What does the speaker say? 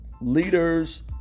leaders